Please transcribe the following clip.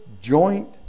joint